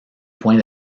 point